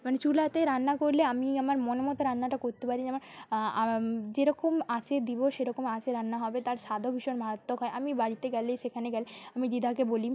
মানে চুলাতে রান্না করলে আমি আমার মন মতো রান্নাটা করতে পারি যেমন যেরকম আঁচে দেবো সেরকম আঁচে রান্না হবে তার স্বাদও ভীষণ মারাত্মক হয় আমি বাড়িতে গেলে সেখানে গেলে আমি দিদাকে বলি